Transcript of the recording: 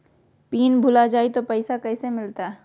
Pin भूला जाई तो पैसा कैसे मिलते?